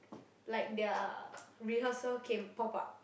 like their rehearsal came pop up